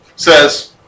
says